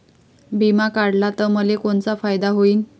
बिमा काढला त मले कोनचा फायदा होईन?